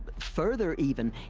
further even,